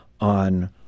on